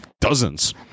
Dozens